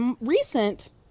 recent